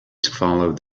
follows